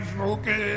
Okay